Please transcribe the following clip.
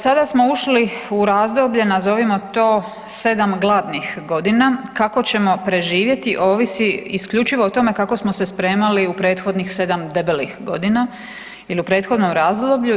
Sada smo ušli u razdoblje nazovimo to sedam gladnih godina, kako ćemo preživjeti ovisi isključivo o tome kako smo se spremali u prethodnih sedam debelih godina ili u prethodnom razdoblju.